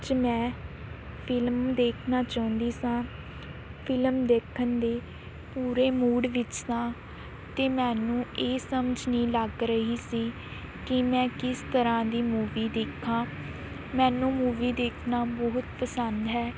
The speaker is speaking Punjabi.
ਅੱਜ ਮੈਂ ਫਿਲਮ ਦੇਖਣਾ ਚਾਹੁੰਦੀ ਸਾਂ ਫਿਲਮ ਦੇਖਣ ਦੇ ਪੂਰੇ ਮੂੜ ਵਿੱਚ ਸਾਂ ਅਤੇ ਮੈਨੂੰ ਇਹ ਸਮਝ ਨਹੀਂ ਲੱਗ ਰਹੀ ਸੀ ਕਿ ਮੈਂ ਕਿਸ ਤਰ੍ਹਾਂ ਦੀ ਮੂਵੀ ਦੇਖਾਂ ਮੈਨੂੰ ਮੂਵੀ ਦੇਖਣਾ ਬਹੁਤ ਪਸੰਦ ਹੈ